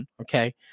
okay